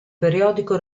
periodico